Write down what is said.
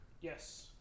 Yes